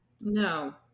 no